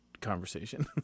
conversation